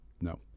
No